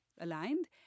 aligned